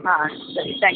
ಹಾಂ ಸರಿ thank you